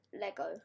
lego